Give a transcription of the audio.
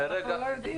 שאנחנו לא יודעים שיהיה.